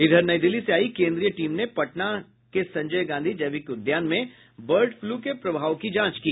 इधर नई दिल्ली से आयी कोन्द्रीय टीम ने पटना संजय गांधी जैविक उद्यान में बर्ड फ्लू के प्रभाव की जांच की